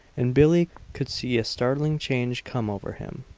and billie could see a startling change come over him.